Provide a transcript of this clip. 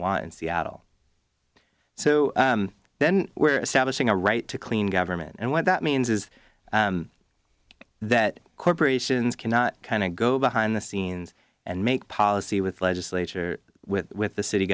want in seattle so then we're establishing a right to clean government and what that means is that corporations cannot kind of go behind the scenes and make policy with legislature with with the city